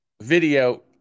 video